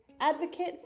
Advocate